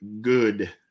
good